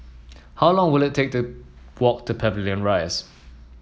how long will it take to walk to Pavilion Rise